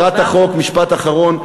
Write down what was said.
משפט אחרון.